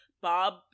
Bob